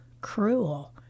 cruel